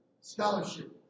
scholarship